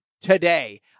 today